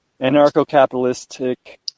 anarcho-capitalistic